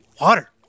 water